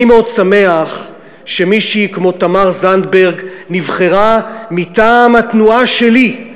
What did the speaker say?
אני מאוד שמח שמישהי כמו תמר זנדברג נבחרה מטעם התנועה שלי,